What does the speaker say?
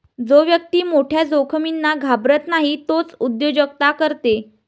जो व्यक्ती मोठ्या जोखमींना घाबरत नाही तोच उद्योजकता करते